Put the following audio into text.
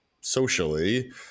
socially